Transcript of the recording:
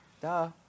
duh